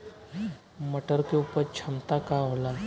मटर के उपज क्षमता का होला?